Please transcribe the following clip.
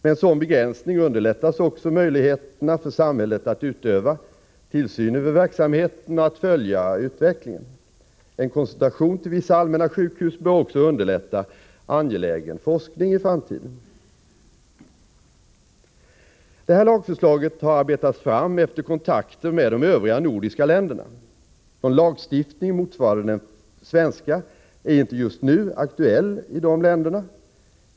Med en sådan begränsning underlättas också möjligheterna för samhället att utöva tillsyn över verksamheten och att följa utvecklingen. En koncentration till vissa allmänna sjukhus bör också underlätta angelägen forskning i framtiden. Detta lagförslag har arbetats fram efter kontakter med de övriga nordiska länderna. Någon lagstiftning motsvarande den svenska är inte aktuell just nu i dessa länder.